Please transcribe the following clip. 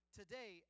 today